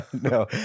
no